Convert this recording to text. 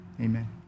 amen